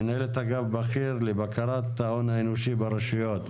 מנהלת אגף בכיר לבקרת ההון האנושי ברשויות.